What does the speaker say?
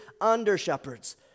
under-shepherds